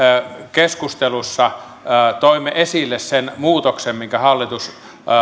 keskustelussa toimme esille sen muutoksen minkä hallitus